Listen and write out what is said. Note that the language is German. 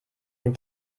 den